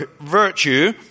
virtue